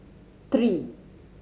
three